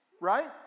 Right